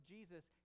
Jesus